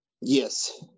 yes